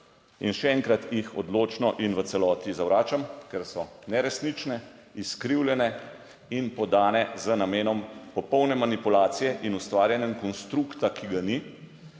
in še enkrat jih odločno in v celoti zavračam, ker so neresnične, izkrivljene in podane z namenom popolne manipulacije in ustvarjanjem konstrukta, ki ga ni.